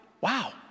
Wow